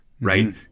right